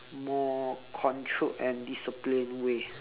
more controlled and disciplined way